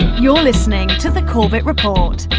you're listening to the corbett report